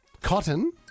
Cotton